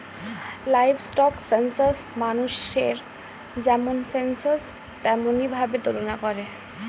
livestock census মানুষের যেমন census তেমনি ভাবে তুলনা করে